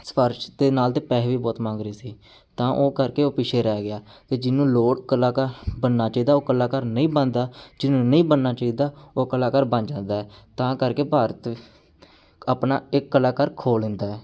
ਸਿਫਾਰਸ਼ ਦੇ ਨਾਲ ਅਤੇ ਪੈਸੇ ਵੀ ਬਹੁਤ ਮੰਗ ਰਹੇ ਸੀ ਤਾਂ ਉਹ ਕਰਕੇ ਉਹ ਪਿੱਛੇ ਰਹਿ ਗਿਆ ਅਤੇ ਜਿਹਨੂੰ ਲੋੜ ਕਲਾਕਾਰ ਬਣਨਾ ਚਾਹੀਦਾ ਉਹ ਕਲਾਕਾਰ ਨਹੀਂ ਬਣਦਾ ਜਿਹਨੂੰ ਨਹੀਂ ਬਣਨਾ ਚਾਹੀਦਾ ਉਹ ਕਲਾਕਾਰ ਬਣ ਜਾਂਦਾ ਹੈ ਤਾਂ ਕਰਕੇ ਭਾਰਤ ਆਪਣਾ ਇੱਕ ਕਲਾਕਾਰ ਖੋ ਲੈਂਦਾ ਹੈ